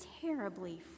terribly